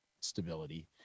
stability